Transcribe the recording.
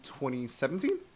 2017